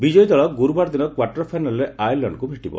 ବିଜୟୀ ଦଳ ଗୁରୁବାର ଦିନ କ୍ୱାର୍ଟର ଫାଇନାଲ୍ରେ ଆୟାର୍ଲାଣ୍ଡକୁ ଭେଟିବ